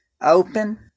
open